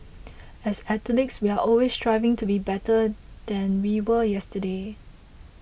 as athletes we are always striving to be better than we were yesterday